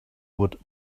would